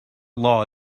law